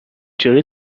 چاره